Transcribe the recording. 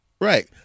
Right